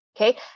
Okay